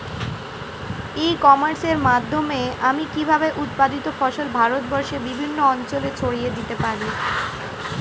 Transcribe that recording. ই কমার্সের মাধ্যমে আমি কিভাবে উৎপাদিত ফসল ভারতবর্ষে বিভিন্ন অঞ্চলে ছড়িয়ে দিতে পারো?